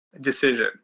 decision